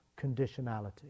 conditionality